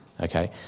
Okay